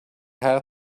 had